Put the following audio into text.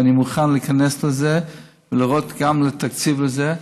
ואני מוכן להיכנס לזה ולראות גם תקציב לזה.